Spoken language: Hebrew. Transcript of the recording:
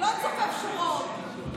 לא צופף שורות.